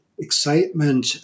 Excitement